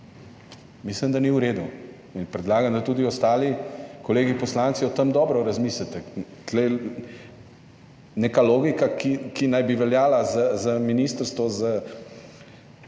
mislim, da ni v redu. Predlagam, da tudi ostali kolegi poslanci o tem dobro razmislite. Tu je neka logika, ki naj bi veljala za Ministrstvo